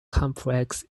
complex